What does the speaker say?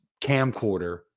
camcorder